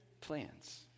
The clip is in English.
plans